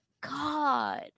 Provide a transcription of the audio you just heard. God